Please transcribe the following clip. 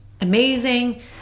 amazing